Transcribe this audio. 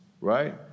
right